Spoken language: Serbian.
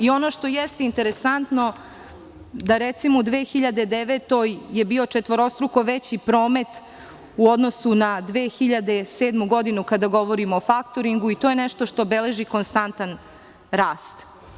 Ono što jeste interesantno da u 2009. godini je bio četvorostruko veći promet u odnosu na 2007. godinu kada govorimo o faktoringu i to je nešto što beleži konstantan rast.